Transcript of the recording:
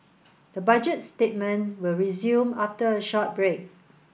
the Budget statement will resume after a short break